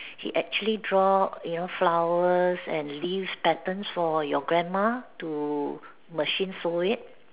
he actually draw you know flowers and leaves patterns for your grandma to machine sew it